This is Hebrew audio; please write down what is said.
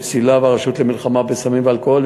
"מצילה" והרשות למלחמה בסמים ואלכוהול.